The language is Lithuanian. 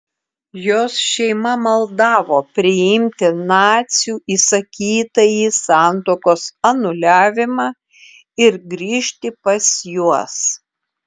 jos šeima maldavo priimti nacių įsakytąjį santuokos anuliavimą ir grįžti pas juos